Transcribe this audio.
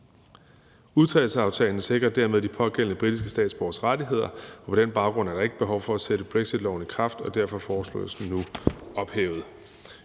Udtrædelsesaftalen sikrer dermed de pågældende britiske statsborgeres rettigheder, og på den baggrund er der ikke behov for at sætte brexitborgerloven i kraft, og derfor foreslås den nu ophævet.